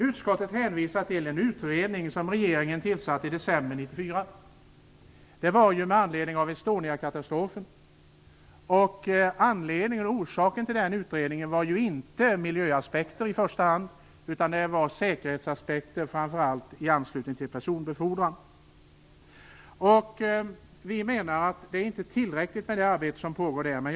Utskottet hänvisar till en utredning, som regeringen tillsatte i december 1994, i anledning av Estoniakatastrofen. Det som skulle tas upp i utredningen var inte i första hand miljöaspekter utan säkerhetsaspekter, framför allt i anslutning till personbefordran. Vi menar att det arbete som pågår i den utredningen inte är tillräckligt.